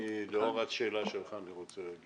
לאור השאלה אני רוצה לומר